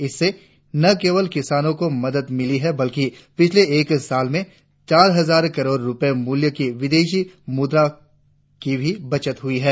इससे न केवल किसानों को मदद मिली है बल्कि पिछले एक साल में चार हजार करोड़ रुपये मूल्य की विदेशी मुद्रा की भी बचत हुई है